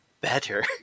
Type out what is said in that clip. better